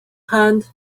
hand